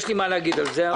יש לי מה להגיד על זה.